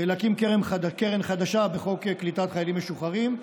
להקים קרן חדשה בחוק קליטת חיילים משוחררים.